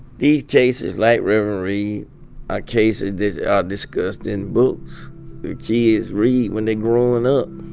these cases like reverend reed are cases that are discussed in books that kids read when they're growing up.